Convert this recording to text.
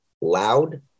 loud